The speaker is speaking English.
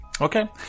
okay